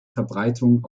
verbreitung